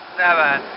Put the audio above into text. seven